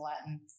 Latin